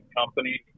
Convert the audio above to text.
company